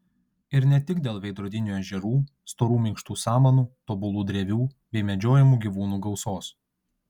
ir ne tik dėl veidrodinių ežerų storų minkštų samanų tobulų drevių bei medžiojamų gyvūnų gausos